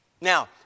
Now